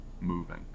moving